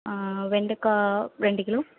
வெண்டக்காய் ரெண்டு கிலோ